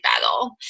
battle